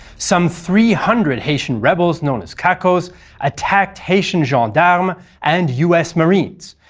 some three hundred haitian rebels known as cacos attacked haitian gendarmes and us marines,